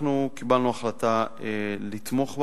אנחנו קיבלנו החלטה לתמוך בה,